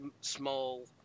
small